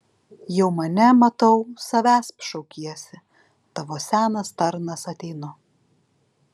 jau mane matau savęsp šaukiesi tavo senas tarnas ateinu